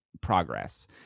progress